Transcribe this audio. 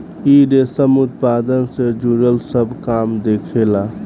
इ रेशम उत्पादन से जुड़ल सब काम देखेला